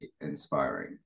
inspiring